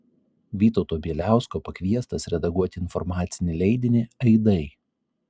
vytauto bieliausko pakviestas redaguoti informacinį leidinį aidai